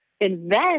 invest